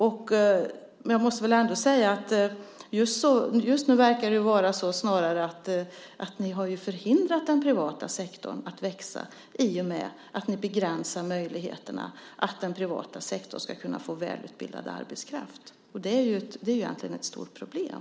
Men jag måste ändå säga att det just verkar vara så att ni förhindrar den privata sektorn att växa i och med att ni begränsar möjligheterna för den privata sektorn att få välutbildad arbetskraft. Det är ett stort problem.